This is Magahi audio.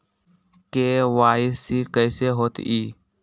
के.वाई.सी कैसे होतई?